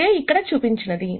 ఇదే ఇక్కడ చూపించినది